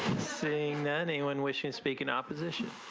saying that anyone wishing to speak in opposition.